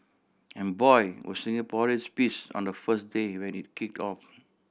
and boy were Singaporeans piss on the first day when it kicked off